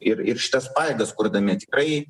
ir ir šitas pajėgas kurdami tikrai